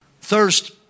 Thirst